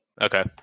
okay